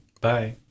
Bye